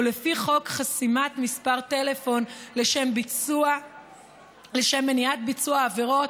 או לפי חוק חסימת מספר טלפון לשם מניעת ביצוע עבירות,